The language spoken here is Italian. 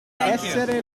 essere